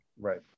right